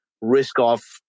risk-off